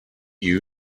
you